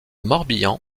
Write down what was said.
morbihan